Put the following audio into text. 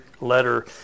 letter